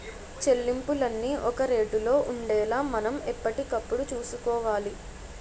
చెల్లింపులన్నీ ఒక రేటులో ఉండేలా మనం ఎప్పటికప్పుడు చూసుకోవాలి